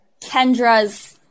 Kendra's